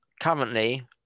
currently